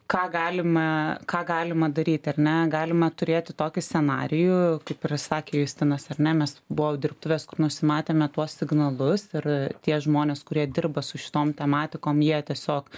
ką galime ką galima daryt ar ne galima turėti tokį scenarijų kaip ir sakė justinas ar ne mes buvo dirbtuvės kur nusimatėme tuos signalus ir tie žmonės kurie dirba su šitom tematikom jie tiesiog